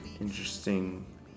interesting